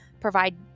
provide